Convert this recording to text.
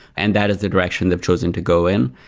and that is the direction they've chosen to go in.